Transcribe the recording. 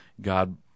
God